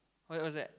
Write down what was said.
why what's that